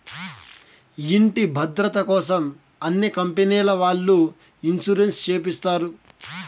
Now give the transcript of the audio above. ఇంటి భద్రతకోసం అన్ని కంపెనీల వాళ్ళు ఇన్సూరెన్స్ చేపిస్తారు